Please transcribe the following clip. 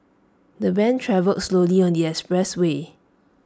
the van travelled slowly on the expressway